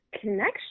connection